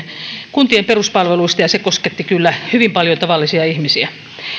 kuntien peruspalveluista ja se kosketti kyllä hyvin paljon tavallisia ihmisiä